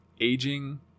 aging